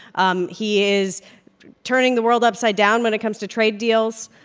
um he is turning the world upside down when it comes to trade deals.